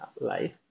life